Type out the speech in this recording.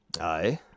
Aye